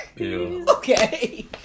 Okay